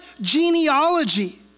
genealogy